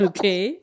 Okay